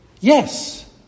Yes